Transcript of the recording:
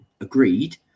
agreed